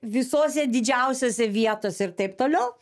visose didžiausiose vietose ir taip toliau